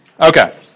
okay